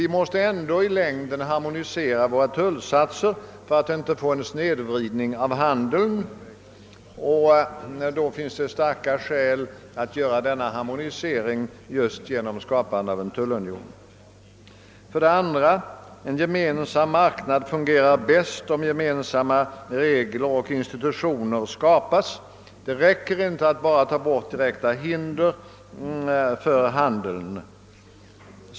Vi måste ändå i längden harmonisera våra tullsatser för att vi inte skall få en snedvridning av handeln, och då finns det starka skäl att söka åstadkomma denna harmonisering just genom tillskapandet av en tullunion. 2. En gemensam marknad fungerar bäst om gemensamma regler och institutioner skapas. Det räcker inte att bara ta bort direkta hinder för handeln.